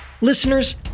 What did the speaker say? Listeners